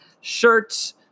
shirts